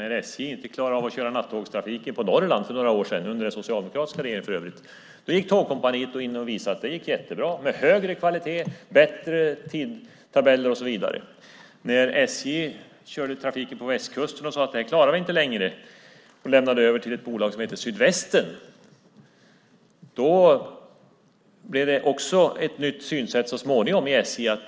När SJ inte klarade av att köra nattågstrafiken på Norrland för några år sedan, för övrigt under den socialdemokratiska regeringen, gick Tågkompaniet in och visade att det gick jättebra, med högre kvalitet, bättre tidtabeller och så vidare. När SJ körde trafiken på västkusten och sade att det här klarar vi inte längre och lämnade över till ett bolag som heter Sydvästen blev det så småningom ett nytt synsätt hos SJ.